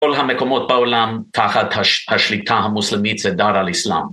כל המקומות בעולם תחת השליטה המוסלמית זה דר על אסלאם.